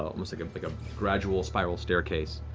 almost like like a gradual spiral staircase,